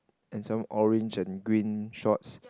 and some orange and green shorts